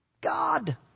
God